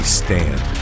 stand